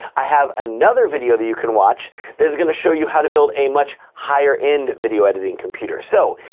i have another video that you can watch that is gonna show you how to build a much higher-end video editing computer. so,